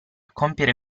compiere